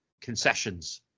concessions